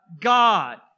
God